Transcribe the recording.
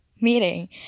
meeting